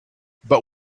but